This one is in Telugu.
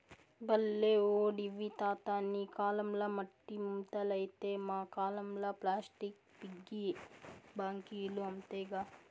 బల్లే ఓడివి తాతా నీ కాలంల మట్టి ముంతలైతే మా కాలంల ప్లాస్టిక్ పిగ్గీ బాంకీలు అంతేగా